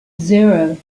zero